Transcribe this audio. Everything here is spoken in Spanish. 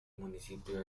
municipio